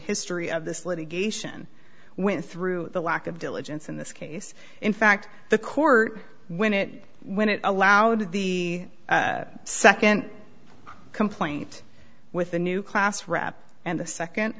history of this litigation went through the lack of diligence in this case in fact the court when it when it allowed the nd complaint with the new class rep and the